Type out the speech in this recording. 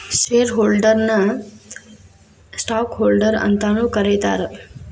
share ಹೋಲ್ಡರ್ನ ನ stockholder ಅಂತಾನೂ ಕರೇತಾರ